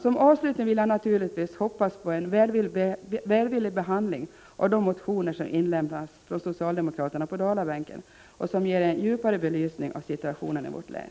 Som avslutning vill jag naturligtvis hoppas på en välvillig behandling av de motioner som inlämnats av socialdemokraterna på Dalabänken och som ger en djupare belysning av situationen i vårt län.